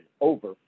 over